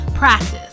Practice